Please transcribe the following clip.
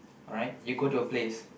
alright you go to a place